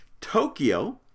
Tokyo